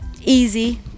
easy